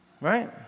Right